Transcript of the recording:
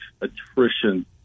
attrition